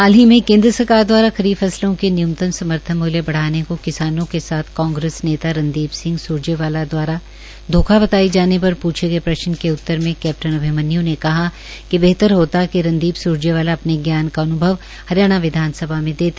हाल ही में केंद्र सरकार दवारा खरीफ फसलों के न्यूनतम समर्थन मूल्य बढ़ाने को किसानों के साथ कांग्रेस नेता रणदीप सिंह स्रजेवाला दवारा धोखा बताये जाने पर पूछे गए प्रश्न के उत्तर में कैप्टन अभिमन्य् ने कहा कि बेहतर होता कि रणदीप स्रजेवाला अपने ज्ञान का अनुभव हरियाणा विधानसभा में देते